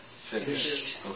finished